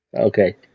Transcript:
Okay